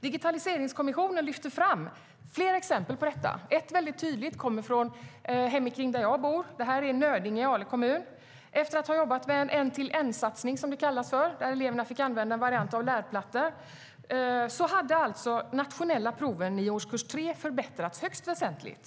Digitaliseringskommissionen lyfter fram flera exempel på detta. Ett väldigt tydligt kommer från där jag bor, nämligen Nödinge i Ale kommun. Efter att ha jobbat med en en-till-en-satsning, som det kallas, där eleverna fick använda en variant av lärplattor hade de nationella proven i årskurs 3 förbättrats högst väsentligt.